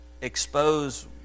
expose